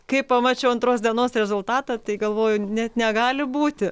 kai pamačiau antros dienos rezultatą tai galvoju net negali būti